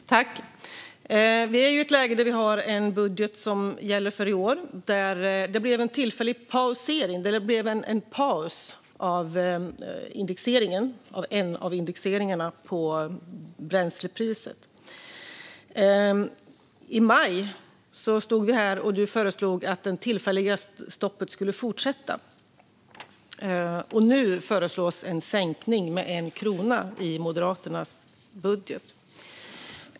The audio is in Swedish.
Herr talman! Vi är i ett läge där vi har en budget som gäller för i år. Det blev en tillfällig paus av en av indexeringarna på bränslepriset. I maj stod vi här, och du föreslog då att det tillfälliga stoppet skulle fortsätta. Nu föreslås i Moderaternas budget en sänkning med 1 krona.